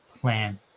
plan